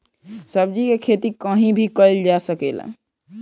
सब्जी के खेती कहीं भी कईल जा सकेला